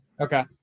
Okay